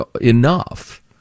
enough